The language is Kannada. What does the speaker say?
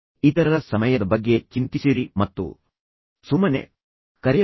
ಇತರರ ಸಮಯದ ಬಗ್ಗೆ ಚಿಂತಿಸಿರಿ ಮತ್ತು ಸುಮ್ಮನೆ ಕರೆಯಬೇಡಿ